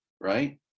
right